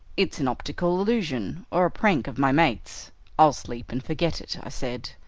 it's an optical illusion, or a prank of my mates i'll sleep and forget it i said,